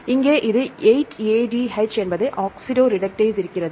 இங்கே இது 8ADH என்பது ஆக்ஸிடோரடக்டேஸைக்காக இருக்கிறது